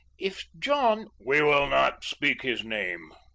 if john we will not speak his name,